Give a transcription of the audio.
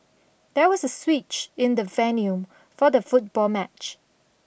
there was a switch in the venue for the football match